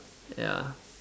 ya